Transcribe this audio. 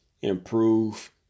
improve